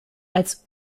als